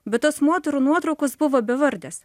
bet tos moterų nuotraukos buvo bevardės